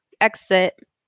exit